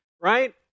right